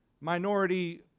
minority